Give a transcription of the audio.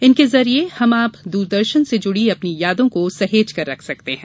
इनके जरिए हम आप दूरदर्शन से जुड़ी अपनी यादों को सहेजकर रख सकते हैं